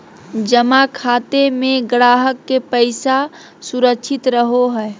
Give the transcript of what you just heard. जमा खाते में ग्राहक के पैसा सुरक्षित रहो हइ